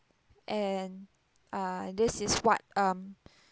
and err this is what I'm